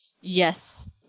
Yes